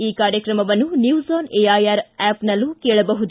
ಈ ಕಾರ್ಯಕ್ರಮವನ್ನು news on air app ನಲ್ಲೂ ಕೇಳಬಹುದು